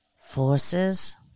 forces